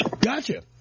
Gotcha